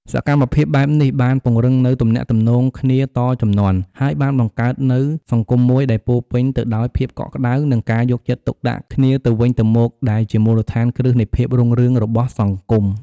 សកម្មភាពបែបនេះបានពង្រឹងនូវទំនាក់ទំនងគ្នាតជំនាន់ ហើយបានបង្កើតនូវសង្គមមួយដែលពោរពេញទៅដោយភាពកក់ក្ដៅ និងការយកចិត្តទុកដាក់គ្នាទៅវិញទៅមក ដែលជាមូលដ្ឋានគ្រឹះនៃភាពរុងរឿងរបស់សង្គម។